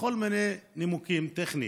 מכל מיני נימוקים טכניים,